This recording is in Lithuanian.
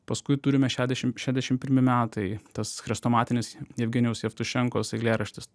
paskui turime šedešim šedešim pirmi metai tas chrestomatinis jevgenijaus jevtušenkos eilėraštis